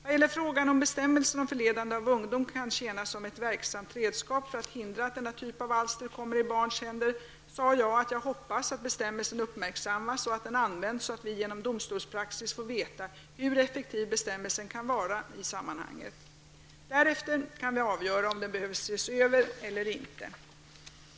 Vad gäller frågan om bestämmelsen om förledande av ungdom kan tjäna som ett verksamt redskap för att hindra att denna typ av alster kommer i barns händer sade jag att jag hoppas att bestämmelsen uppmärksammas och att den används så att vi genom domstolspraxis får veta hur effektiv bestämmelsen kan vara i sammanhanget. Därefter kan vi avgöra om den behöver ses över eller inte.